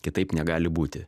kitaip negali būti